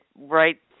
right